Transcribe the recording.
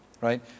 right